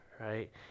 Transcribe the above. right